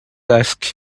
ask